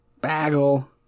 Bagel